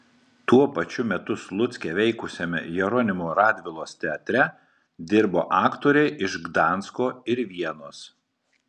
tuo pačiu metu slucke veikusiame jeronimo radvilos teatre dirbo aktoriai iš gdansko ir vienos